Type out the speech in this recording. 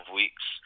weeks